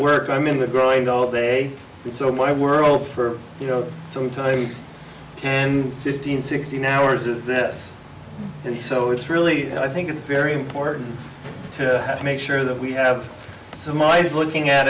work i mean we're growing all day and so my world for you know sometimes ten fifteen sixteen hours is this and so it's really i think it's very important to have to make sure that we have some eyes looking at